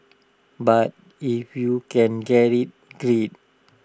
but if you can get IT great